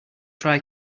try